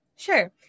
Sure